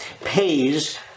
pays